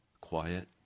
quiet